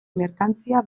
merkantzia